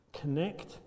Connect